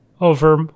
over